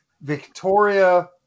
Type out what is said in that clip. Victoria